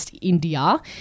India